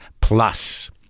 Plus